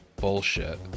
bullshit